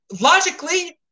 Logically